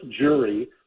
jury